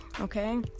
okay